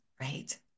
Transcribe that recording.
right